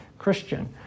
Christian